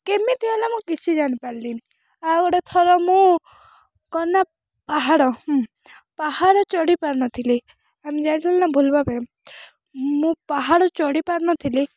କେମିତି ହେଲା ମୁଁ କିଛି ଜାଣିପାରିଲିନି ଆଉ ଗୋଟେ ଥର ମୁଁ କ'ଣ ନା ପାହାଡ଼ ପାହାଡ଼ ଚଢ଼ିପାରୁନଥିଲି ଆମେ ଯାଇଥିଲୁ ନା ବୁଲିବା ପାଇଁ ମୁଁ ପାହାଡ଼ ଚଢ଼ିପାରୁନଥିଲି